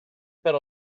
per